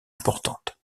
importante